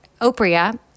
Opria